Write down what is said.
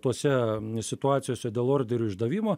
tose situacijose dėl orderio išdavimo